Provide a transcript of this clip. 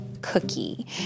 Cookie